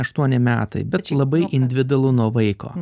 aštuoni metai bet labai individualu nuo vaiko